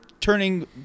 turning